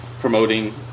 promoting